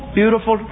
beautiful